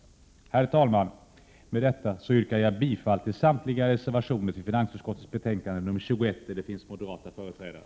Herr talman! Med detta yrkar jag bifall till samtliga reservationer till finansutskottets betänkande nr 21 där det finns moderata företrädare.